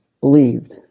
believed